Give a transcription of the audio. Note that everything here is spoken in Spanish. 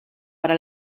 para